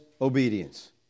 obedience